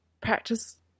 practice